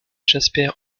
jasper